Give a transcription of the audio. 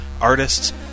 artists